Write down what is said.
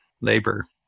labor